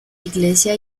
iglesia